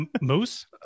Moose